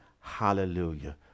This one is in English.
Hallelujah